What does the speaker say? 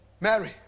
Mary